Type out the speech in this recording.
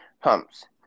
pumps